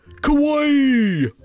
kawaii